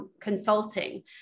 consulting